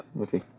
Okay